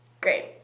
Great